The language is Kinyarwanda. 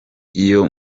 iyo